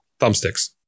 thumbsticks